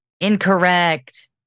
Incorrect